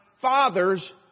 father's